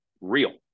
real